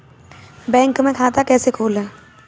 Bank में खाता कैसे खोलें?